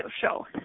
show